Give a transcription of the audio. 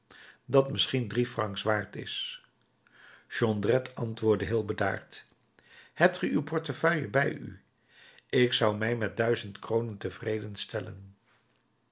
dat misschien drie francs waard is jondrette antwoordde heel bedaard hebt ge uw portefeuille bij u ik zou mij met duizend kronen tevreden stellen